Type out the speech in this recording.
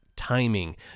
timing